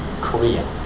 Korea